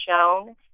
shown